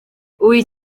wyt